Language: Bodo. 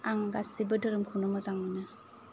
आं गोसिबो धोरोमखौनो मोजां मोनो